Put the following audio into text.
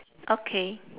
okay